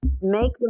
Make